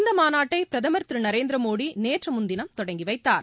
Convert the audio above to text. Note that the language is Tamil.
இந்த மாநாட்டை பிரதமர் திரு நரேந்திர மோடி நேற்று முன்தினம் தொடங்கிவைத்தார்